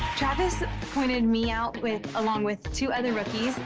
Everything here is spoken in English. travis pointed me out with, along with two other rookies.